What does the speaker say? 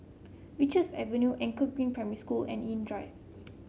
Richards Avenue Anchor Green Primary School and Nim Drive